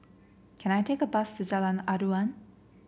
can I take a bus to Jalan Aruan